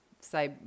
say